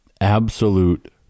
Absolute